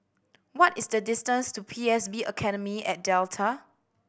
what is the distance to P S B Academy at Delta